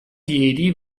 piedi